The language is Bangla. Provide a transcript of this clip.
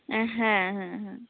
হ্যাঁ হ্যাঁ হ্যাঁ